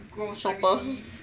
shopper